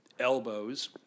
elbows